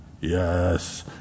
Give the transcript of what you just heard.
Yes